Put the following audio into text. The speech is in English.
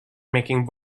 making